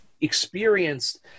experienced